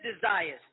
desires